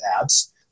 abs